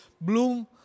bloom